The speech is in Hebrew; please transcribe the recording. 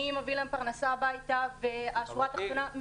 מי מביא להם פרנסה הביתה ומי הלקוחות שלהם.